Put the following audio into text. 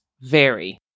vary